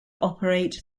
operate